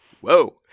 Whoa